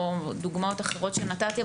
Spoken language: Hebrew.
או דוגמאות אחרות שנתתי,